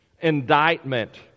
indictment